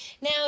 Now